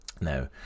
Now